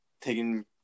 taking